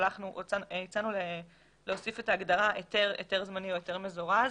הצענו להוסיף את ההגדרה "היתר זמני או "היתר מזורז".